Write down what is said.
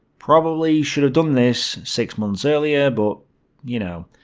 probably should have done this six months earlier, but you know.